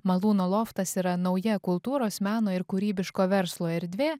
malūno loftas yra nauja kultūros meno ir kūrybiško verslo erdvė